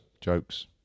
jokes